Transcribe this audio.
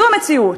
זו המציאות.